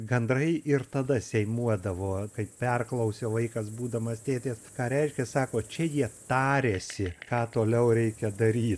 gandrai ir tada seimuodavo kaip perklausiau vaikas būdamas tėtės ką reiškia sako čia jie tariasi ką toliau reikia daryt